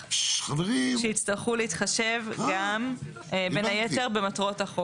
כי השלושה חודשים האלה שנקבעו בסעיף (ט),